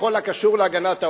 בכל הקשור להגנת העורף.